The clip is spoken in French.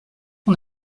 ton